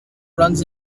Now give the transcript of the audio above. runs